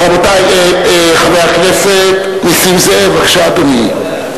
רבותי, חבר הכנסת נסים זאב, בבקשה, אדוני.